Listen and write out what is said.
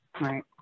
right